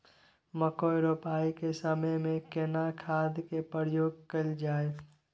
मकई रोपाई के समय में केना खाद के प्रयोग कैल जाय?